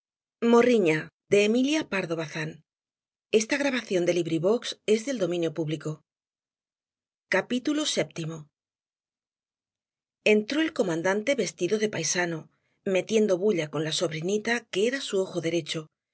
vii entró el comandante vestido de paisano metiendo bulla con la sobrinita que era su ojo derecho